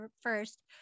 first